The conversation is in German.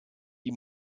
die